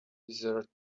desert